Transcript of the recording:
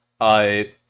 I-